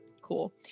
Cool